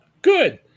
Good